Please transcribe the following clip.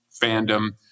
fandom